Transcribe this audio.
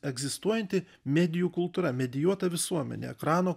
egzistuojanti medijų kultūra medijuota visuomenė ekrano